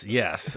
yes